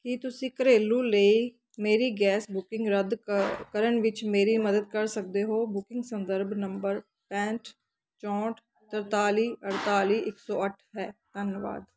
ਕੀ ਤੁਸੀਂ ਘਰੇਲੂ ਲਈ ਮੇਰੀ ਗੈਸ ਬੁਕਿੰਗ ਰੱਦ ਕ ਕਰਨ ਵਿੱਚ ਮੇਰੀ ਮਦਦ ਕਰ ਸਕਦੇ ਹੋ ਬੁਕਿੰਗ ਸੰਦਰਭ ਨੰਬਰ ਪੈਂਹਠ ਚੋਂਹਠ ਤਰਤਾਲੀ ਅੜਤਾਲੀ ਇੱਕ ਸੌ ਅੱਠ ਹੈ ਧੰਨਵਾਦ